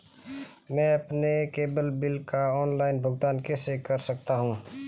मैं अपने cable bill का ऑनलाइन भुगतान कैसे कर सकता हूं?